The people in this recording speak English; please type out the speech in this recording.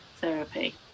therapy